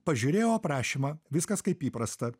pažiūrėjau aprašymą viskas kaip įprasta